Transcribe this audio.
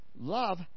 Love